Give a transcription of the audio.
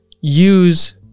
use